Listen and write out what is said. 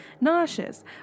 nauseous